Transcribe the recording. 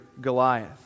Goliath